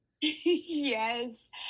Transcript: Yes